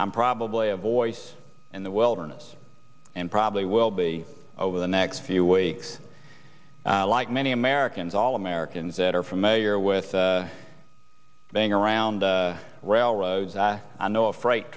i'm probably a voice in the wilderness and probably will be over the next few weeks like many americans all americans that are familiar with being around railroad i know a freight